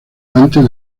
antes